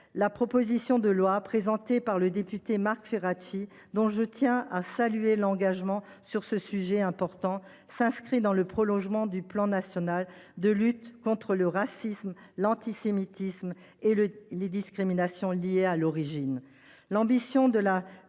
la proposition de loi présentée par le député Marc Ferracci, dont je tiens à saluer l’engagement sur ce sujet important, s’inscrit dans le prolongement du Plan national de lutte contre le racisme, l’antisémitisme et les discriminations liées à l’origine